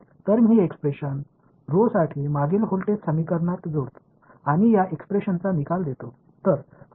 तर मी हे एक्सप्रेशन ऱ्हो साठी मागील व्होल्टेज समीकरणात जोडतो आणि या एक्सप्रेशनचा निकाल देतो